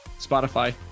Spotify